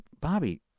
Bobby